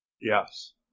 Yes